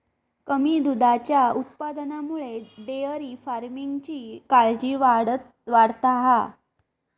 कमी दुधाच्या उत्पादनामुळे डेअरी फार्मिंगची काळजी वाढता हा